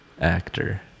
actor